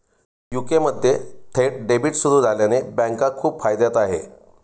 UK मध्ये थेट debit सुरू झाल्याने बँका खूप फायद्यात आहे